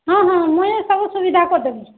ହଁ ହଁ ମୁଇଁ ସବୁ ସୁବିଧା କରିଦେବି